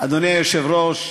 אדוני היושב-ראש,